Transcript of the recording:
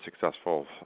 successful